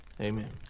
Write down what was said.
amen